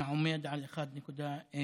העומד על 1.6%,